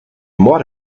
might